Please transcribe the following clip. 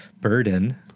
burden